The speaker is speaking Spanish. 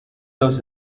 los